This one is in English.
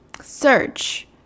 search